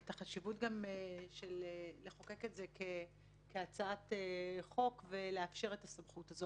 חשיבות בחקיקה של הנושא הזה גם כהצעת חוק ולאפשר את הסמכות הזו.